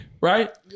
right